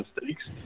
mistakes